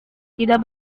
tidak